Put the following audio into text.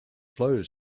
flows